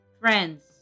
friends